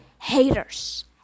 Haters